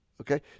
okay